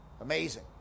Amazing